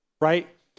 right